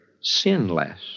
sinless